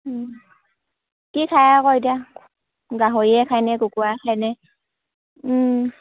কি খায় আকৌ এতিয়া গাহৰিয়ে খাইনে কুকুৰা খাইনে